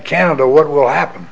canada what will happen